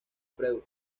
freud